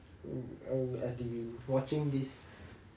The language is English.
对 and I've been watching this